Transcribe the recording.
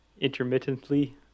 intermittently